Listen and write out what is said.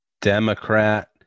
Democrat